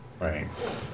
right